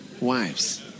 wives